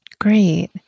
Great